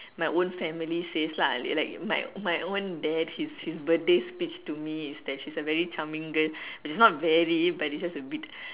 my own family says lah like my my own dad his his birthday speech to me is that she's a very charming girl it's not very but it just a bit